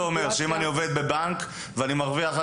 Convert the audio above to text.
האם זה אומר שאם אני עובד בבנק ומרוויח רק